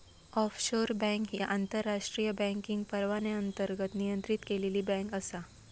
offshore bank ही आंतरराष्ट्रीय banking परवान्याअंतर्गत नियंत्रित केलेली बँक आसा